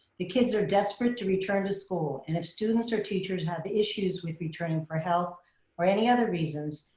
the kids are desperate to return to school. and if students or teachers have issues with returning for health or any other reasons,